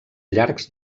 llargs